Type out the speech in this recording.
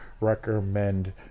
recommend